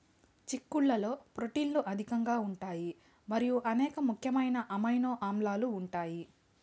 చిక్కుళ్లలో ప్రోటీన్లు అధికంగా ఉంటాయి మరియు అనేక ముఖ్యమైన అమైనో ఆమ్లాలు ఉంటాయి